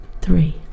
three